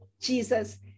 Jesus